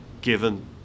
given